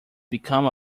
become